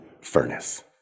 furnace